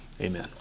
Amen